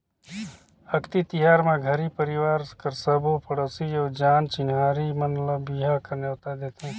अक्ती तिहार म घरी परवार कर सबो पड़ोसी अउ जान चिन्हारी मन ल बिहा कर नेवता देथे